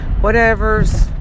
whatever's